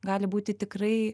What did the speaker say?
gali būti tikrai